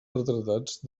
retratats